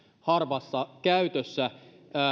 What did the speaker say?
harvassa käytössä